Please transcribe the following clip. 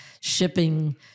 shipping